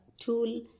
tool